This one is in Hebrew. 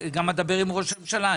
אני גם אדבר עם ראש הממשלה.